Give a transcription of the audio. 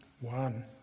one